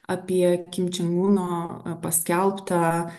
apie kim čen uno paskelbtą